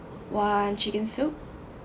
one chicken soup